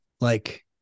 like-